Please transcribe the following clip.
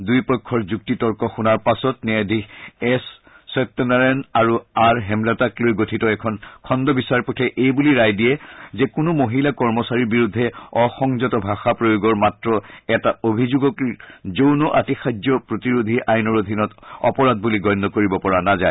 দুয়ো পক্ষৰ যুক্তি তৰ্ক শুনাৰ পাছত ন্যায়াধীশ এছ সত্যনাৰায়ণ আৰু আৰ হেমলতাক লৈ গঠিত এখন খণ্ড বিচাৰপীঠে এইবুলি ৰায় দিয়ে যে কোনো মহিলা কৰ্মচাৰীৰ বিৰুদ্ধে অসংযত ভাষা প্ৰয়োগৰ মাত্ৰ এটা অভিযোগক যৌন আতিশায্য প্ৰতিৰোধী আইনৰ অধীনত অপৰাধ বুলি গণ্য কৰিব পৰা নাযায়